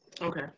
Okay